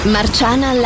Marciana